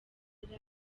isi